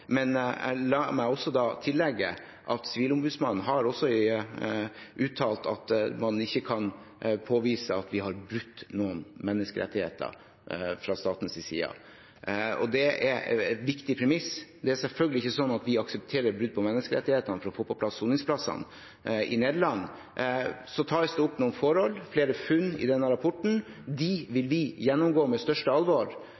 men la meg også tillegge at Sivilombudsmannen har uttalt at man ikke kan påvise at vi har brutt noen menneskerettigheter fra statens side. Og det er en viktig premiss. Det er selvfølgelig ikke slik at vi aksepterer brudd på menneskerettighetene for å få på plass soningsplassene i Nederland. Så tas det opp noen forhold, flere funn, i denne rapporten. De